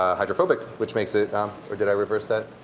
ah hydrophobic, which makes it or did i reverse that?